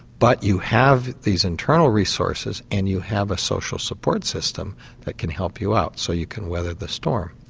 but you have these internal resources and you have a social support system that can help you out. so you can weather the storm.